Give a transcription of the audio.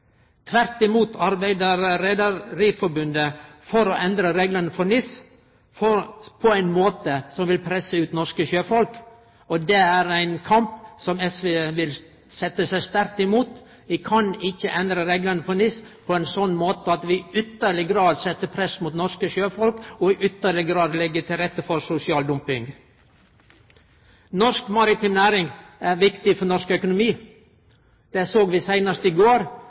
Tvert om arbeider Rederiforbundet for å endre reglane for NIS på ein måte som vil presse ut norske sjøfolk, og det er ein kamp som SV vil setje seg sterkt imot. Vi kan ikkje endre reglane for NIS på ein sånn måte at vi i ytterlegare grad set press mot norske sjøfolk, og i ytterlegare grad legg til rette for sosial dumping. Norsk maritim næring er viktig for norsk økonomi. Det såg vi seinast i går